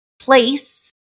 place